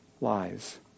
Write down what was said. lies